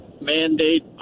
mandate